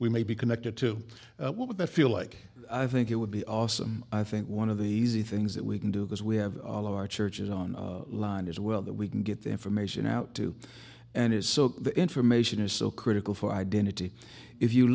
we may be connected to what would that feel like i think it would be awesome i think one of the z things that we can do because we have all our churches on line as well that we can get the information out to and it's so the information is so critical for identity if you